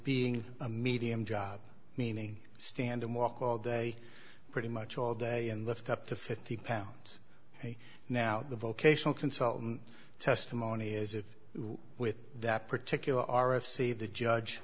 being a medium job meaning stand and walk all day pretty much all day and lift up to fifty pounds ok now the vocational consultant testimony is if with that particular r f c the judge